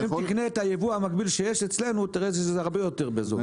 אם תקנה את הייבוא המקביל שיש אצלנו תראה שזה הרבה יותר בזול.